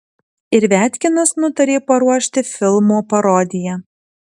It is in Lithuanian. ir viatkinas nutarė paruošti filmo parodiją